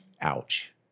Ouch